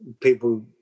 people